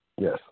Yes